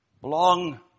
belong